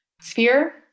sphere